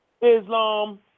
Islam